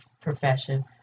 profession